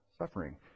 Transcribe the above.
suffering